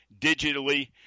digitally